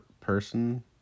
person